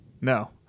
No